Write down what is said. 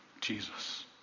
Jesus